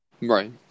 Right